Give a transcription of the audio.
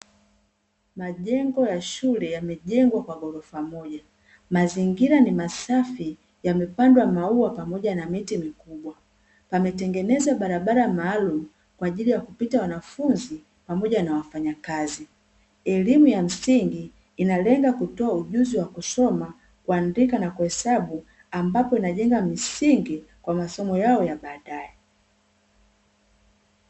Majengo ya shule yamejengwa kwa ghorofa moja. Mazingira ni masafi yamepandwa maua pamoja na miti mikubwa. Pametengenezwa barabara maalumu kwa ajili ya kupita wanafunzi pamoja na wafanyakazi. Elimu ya msingi inalenga kutoa ujuzi wa kusoma, kuandika na kuhesabu; ambapo inajenga misingi wa masomo yao ya badaye.